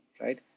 right